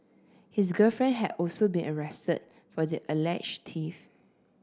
his girlfriend had also been arrested for the alleged thief